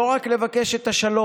לא רק לבקש את השלום,